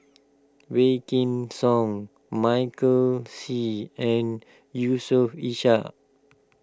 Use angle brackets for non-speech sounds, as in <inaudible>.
<unintelligible> Song Michael Seet and Yusof Ishak